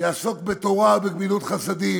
יעסוק בתורה ובגמילות חסדים.